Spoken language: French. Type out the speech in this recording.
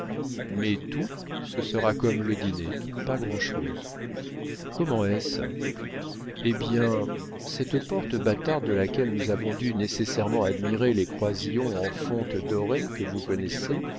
mais tout ce sera comme le dîner pas grand'chose comment est-ce eh bien cette porte bâtarde de laquelle nous avons dû nécessairement admirer les croisillons en fonte dorée que vous connaissez